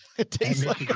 it tastes like